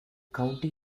county